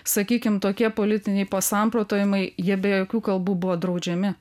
sakykim tokie politiniai samprotavimai jie be jokių kalbų buvo draudžiami